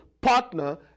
partner